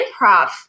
improv